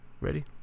Ready